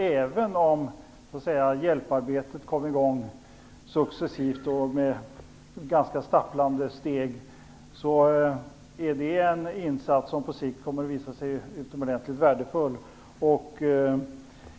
Även om hjälparbetet kom igång successivt och med ganska stapplande steg är det en insats som på sikt kommer att visa sig utomordentligt värdefull.